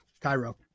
Cairo